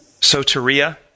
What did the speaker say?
soteria